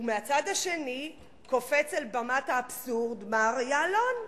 ומהצד השני קופץ אל בימת האבסורד מר יעלון ואומר: